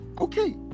Okay